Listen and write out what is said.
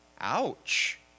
Ouch